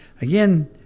again